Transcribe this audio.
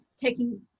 taking